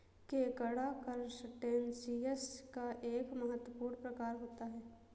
केकड़ा करसटेशिंयस का एक महत्वपूर्ण प्रकार होता है